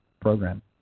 program